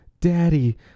daddy